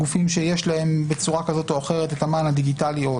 גופים שיש להם בצורה כזאת או אחרת את המען הדיגיטלי,